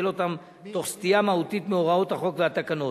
או ניהל אותם תוך סטייה מהותית מהוראות החוק והתקנות.